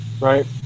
Right